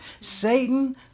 Satan